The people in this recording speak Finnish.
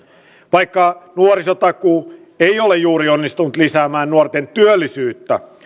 vaikka nuorisotakuu ei ole juuri onnistunut lisäämään nuorten työllisyyttä